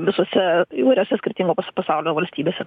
visose įvairiose skirtingo pas pasaulio valstybėse